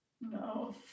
No